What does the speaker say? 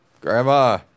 Grandma